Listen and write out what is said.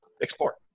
explore